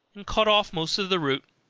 and cut off most of the root,